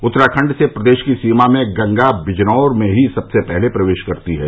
उत्तराखण्ड से प्रदेश की सीमा में गंगा बिजनौर में ही सबसे पहले प्रवेश करती है